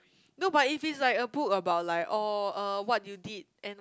no but if it's like a book about like oh er what you did and